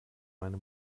meine